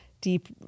deep